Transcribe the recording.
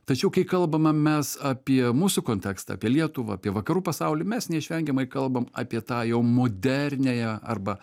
tačiau kai kalbame mes apie mūsų kontekstą apie lietuvą apie vakarų pasaulį mes neišvengiamai kalbam apie tą jau moderniąją arba